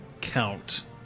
count